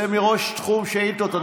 זה מראש תחום שאילתות.